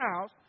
house